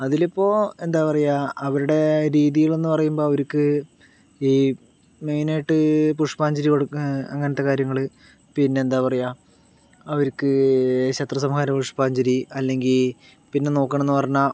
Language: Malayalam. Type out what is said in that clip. അതിലിപ്പോൾ എന്താ പറയുക അവരുടെ രീതികൾ എന്നു പറയുമ്പോൾ അവർക്ക് ഈ മെയിനായിട്ട് പുഷ്പാഞ്ജലി കൊടുക്കാൻ അങ്ങനത്തെ കാര്യങ്ങൾ പിന്നെ എന്താ പറയുക അവർക്ക് ശത്രു സംഹാര പുഷ്പാഞ്ജലി അല്ലെങ്കിൽ പിന്നെ നോക്കാണെന്നു പറഞ്ഞാൽ